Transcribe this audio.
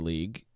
League